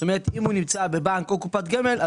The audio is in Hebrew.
זאת אומרת אם הוא נמצא בבנק או קופת גמל,